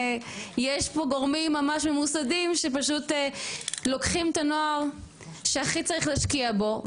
יש פה גורמים ממש ממוסדים שפשוט לוקחים את הנוער שהכי צריך להשקיע בו,